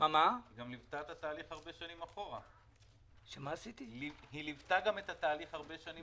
היא גם ליוותה את התהליך הרבה שנים אחורה ושמרה על כבודה של הכנסת.